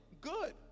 good